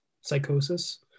psychosis